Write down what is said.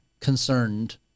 concerned